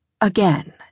Again